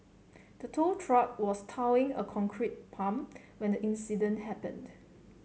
the tow truck was towing a concrete pump when the incident happened